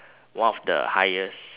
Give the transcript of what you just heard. one of the highest